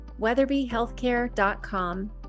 weatherbyhealthcare.com